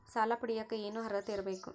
ಸಾಲ ಪಡಿಯಕ ಏನು ಅರ್ಹತೆ ಇರಬೇಕು?